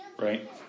right